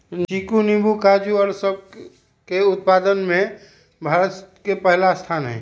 चीकू नींबू काजू और सब के उत्पादन में भारत के पहला स्थान हई